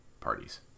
parties